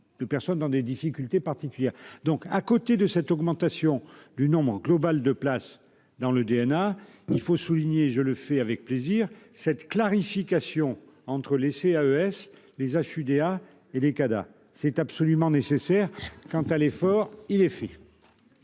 de personnes dans des difficultés particulières donc à côté de cette augmentation du nombre global de place dans le DNA, il faut souligner, je le fais avec plaisir cette clarification entre laisser à ES les H UDA et les Cada, c'est absolument nécessaire quant à l'effort, il est fait.